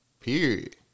Period